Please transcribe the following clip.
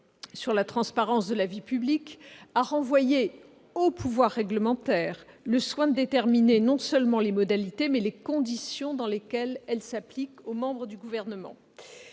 à la transparence de la vie publique a renvoyé au pouvoir réglementaire le soin de déterminer non seulement les modalités de son application, mais aussi « les conditions dans lesquelles il s'applique aux membres du Gouvernement